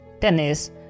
tennis